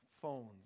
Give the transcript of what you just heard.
Phones